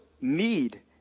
need